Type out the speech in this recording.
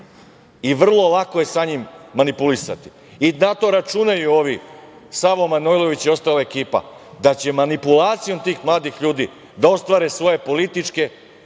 i vrlo lako je sa njim manipulisati. Na to računaju ovi, Savo Manojlović i ostala ekipa, da će manipulacijom tih mladih ljudi da ostvare svoje političke,